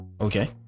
Okay